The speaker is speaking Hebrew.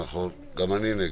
נכון, גם אני נגד.